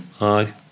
Aye